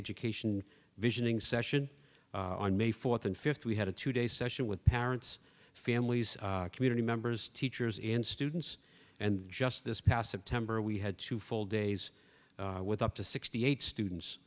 education visioning session on may fourth and fifth we had a two day session with parents families community members teachers and students and just this past september we had two full days with up to sixty eight students